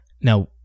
Now